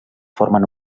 formen